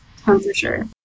temperature